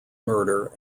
murder